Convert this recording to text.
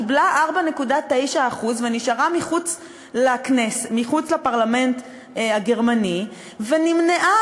קיבלה 4.9% ונשארה מחוץ לפרלמנט הגרמני ונמנעה